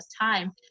time